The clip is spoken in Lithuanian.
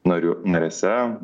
narių narėse